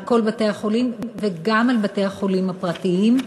על כל בתי-החולים וגם על בתי-החולים הפרטיים,